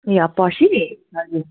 ए अँ पर्सी हजुर